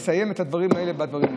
אני מסיים את הדברים האלה בדברים האלה.